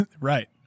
Right